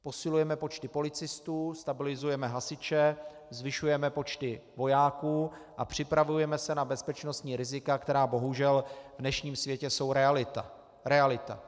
Posilujeme počty policistů, stabilizujeme hasiče, zvyšujeme počty vojáků a připravujeme se na bezpečnostní rizika, která, bohužel, v dnešním světě jsou realita.